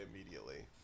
immediately